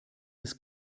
des